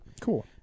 Cool